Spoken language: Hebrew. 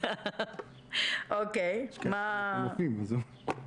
או בימים הקרובים.